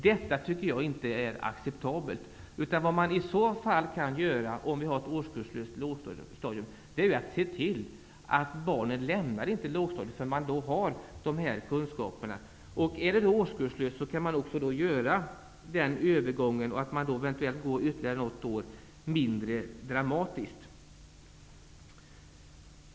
Det är inte acceptabelt. I ett årskurslöst lågstadium kan man se till att barnen inte lämnar lågstadiet förrän de har kunskaperna. I ett årskurslöst lågstadium blir ett ytterligare år mindre dramatiskt.